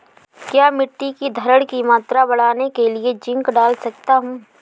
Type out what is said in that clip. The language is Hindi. क्या मिट्टी की धरण की मात्रा बढ़ाने के लिए जिंक डाल सकता हूँ?